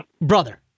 brother